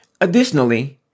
Additionally